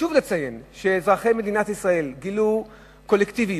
חשוב לציין שאזרחי מדינת ישראל גילו קולקטיביות,